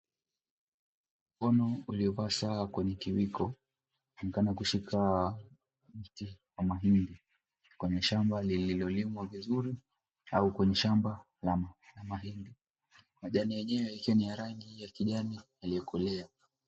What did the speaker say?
Mkono uliovaa saa kwenye kiwiko unaonekana kushika mti wa mahindi kwenye shamba lililolimwa vizuri au kwenye shamba la mahindi, majani yenyewe yakiwa ni ya rangi ya kijani iliyokolea.